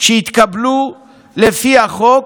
שהתקבלו לפי החוק,